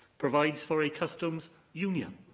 provides for a customs union.